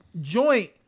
joint